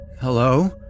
Hello